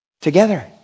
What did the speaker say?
Together